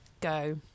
go